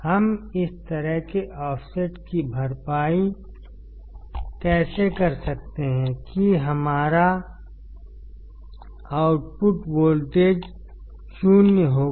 हम इस तरह के ऑफसेट की भरपाई कैसे कर सकते हैं कि हमारा आउटपुट वोल्टेज शून्य होगा